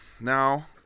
now